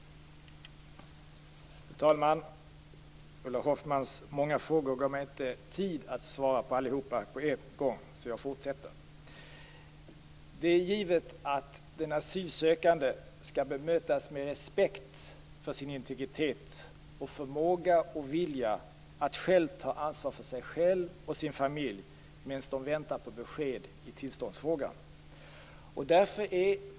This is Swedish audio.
Frågan om asylsökande barns skolgång bereds för närvarande inom Utbildningsdepartementet. Den asylsökande skall bemötas med respekt för sin integritet och förmåga och vilja att själv ta ansvar för sig själv och sin familj medan de väntar på besked i tillståndsfrågan.